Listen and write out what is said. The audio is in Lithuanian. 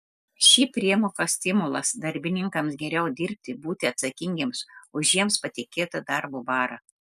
ši priemoka stimulas darbininkams geriau dirbti būti atsakingiems už jiems patikėtą darbo barą